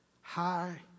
High